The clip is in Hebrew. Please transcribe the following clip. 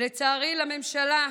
לצערי, לממשלה,